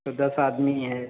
तो दस आदमी हैं